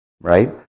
right